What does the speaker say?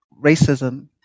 racism